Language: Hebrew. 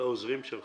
לעוזרים שלך,